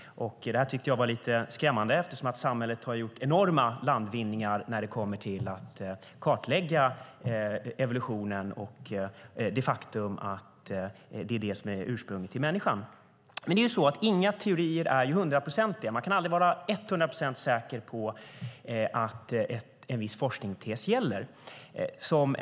Det tyckte jag var lite skrämmande eftersom samhället har gjort enorma landvinningar när det kommer till att kartlägga evolutionen och det faktum att det är den som är ursprunget till människan. Men inga teorier är hundraprocentiga. Man kan aldrig vara hundra procent säker på att en viss forskningstes gäller.